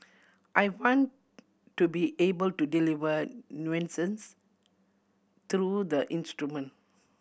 I want to be able to deliver nuances through the instrument